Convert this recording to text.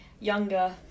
Younger